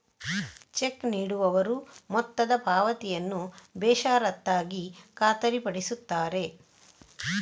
check ನೀಡುವವರು ಮೊತ್ತದ ಪಾವತಿಯನ್ನು ಬೇಷರತ್ತಾಗಿ ಖಾತರಿಪಡಿಸುತ್ತಾರೆ